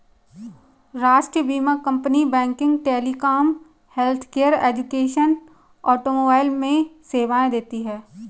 राष्ट्रीय बीमा company banking, telecom, healthcare, education, automobile में सेवाएं देती है